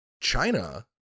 China